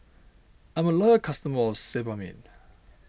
I'm a loyal customer of Sebamed